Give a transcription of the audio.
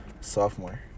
sophomore